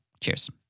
Cheers